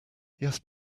yes